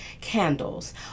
candles